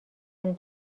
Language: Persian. کنیم